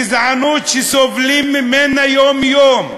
גזענות שסובלים ממנה יום-יום.